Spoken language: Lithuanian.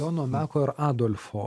jono meko ir adolfo